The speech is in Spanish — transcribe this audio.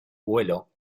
vuelo